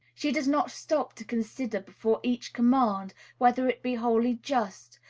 she does not stop to consider before each command whether it be wholly just,